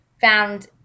found